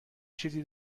چیزی